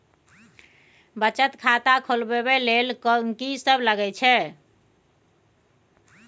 बचत खाता खोलवैबे ले ल की सब लगे छै?